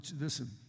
listen